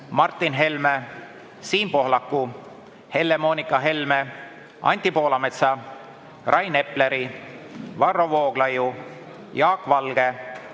Martin Helme, Siim Pohlaku, Helle-Moonika Helme, Anti Poolametsa, Rain Epleri, Varro Vooglaiu, Jaak Valge,